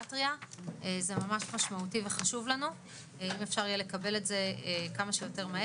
לקבל את הנתונים.